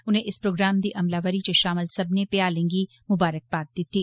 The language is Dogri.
उनें इस प्रोग्राम दी अमलावरी च शामल सब्बने भ्यालें गी मुबारकबाद दित्ती